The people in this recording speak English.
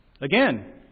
Again